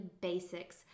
basics